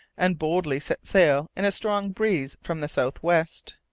and boldly set sail in a strong breeze from the south-west.